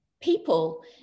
people